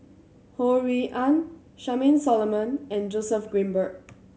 Ho Rui An Charmaine Solomon and Joseph Grimberg